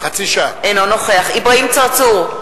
אינו נוכח אברהים צרצור,